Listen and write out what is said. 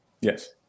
Yes